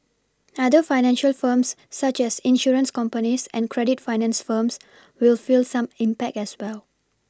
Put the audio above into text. other financial firms such as insurance companies and credit finance firms will feel some impact as well